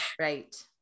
Right